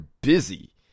busy